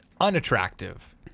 unattractive